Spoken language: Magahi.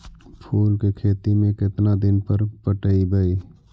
फूल के खेती में केतना दिन पर पटइबै?